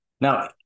Now